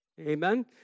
Amen